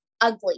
ugly